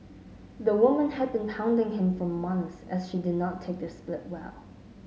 the woman had been hounding him for months as she did not take their split well